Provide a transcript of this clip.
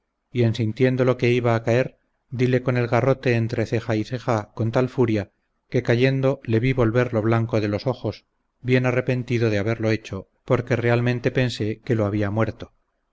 y en sintiéndolo que iba a caer dile con el garrote entre ceja y ceja con tal furia que cayendo le vi volver lo blanco de los ojos bien arrepentido de haberlo hecho porque realmente pensé que lo había muerto